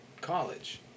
college